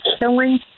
killing